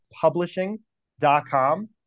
publishing.com